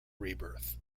rebirth